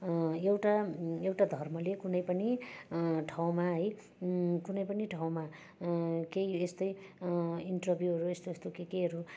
एउटा एउटा धर्मले कुनै पनि ठाउँमा है कुनै पनि ठाउँमा केही यस्तै इन्टरभ्यूहरू यस्तो यस्तो के केहरू